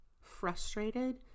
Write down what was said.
frustrated